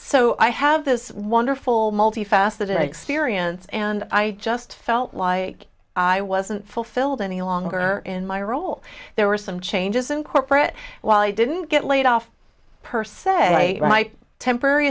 so i have this wonderful multi faceted experience and i just felt like i wasn't fulfilled any longer in my role there were some changes in corporate while i didn't get laid off per se my temporary